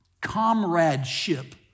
comradeship